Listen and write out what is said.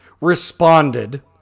responded